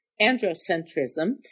androcentrism